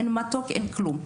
אין מתוק ואין כלום,